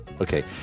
Okay